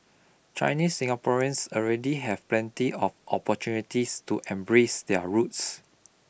Chinese Singaporeans already have plenty of opportunities to embrace their roots